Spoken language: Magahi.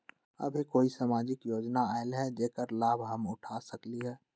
अभी कोई सामाजिक योजना आयल है जेकर लाभ हम उठा सकली ह?